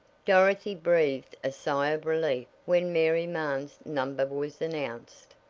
dorothy breathed a sigh of relief when mary mahon's number was announced.